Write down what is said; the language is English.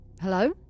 hello